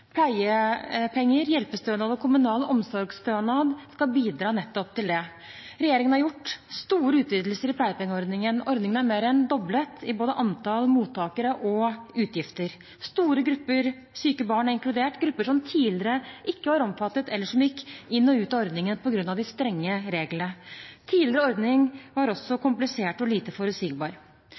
Pleiepenger, hjelpestønad og kommunal omsorgsstønad skal bidra nettopp til det. Regjeringen har gjort store utvidelser i pleiepengeordningen. Ordningen er mer enn doblet i både antall mottakere og utgifter. Store grupper syke barn er inkludert – grupper som tidligere ikke var omfattet, eller som gikk inn og ut av ordningen på grunn av de strenge reglene. Den tidligere ordningen var også komplisert og lite forutsigbar.